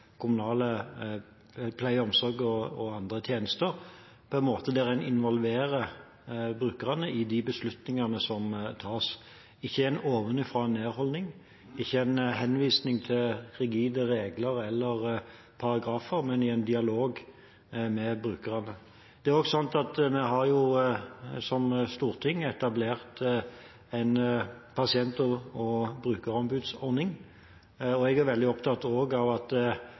en ovenfra-og-ned-holdning, ikke med henvisning til rigide regler eller paragrafer, men i dialog med brukerne. Det er også slik at Stortinget har etablert en pasient- og brukerombudsordning, og jeg er veldig opptatt av at